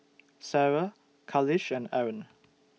Sarah Khalish and Aaron